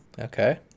okay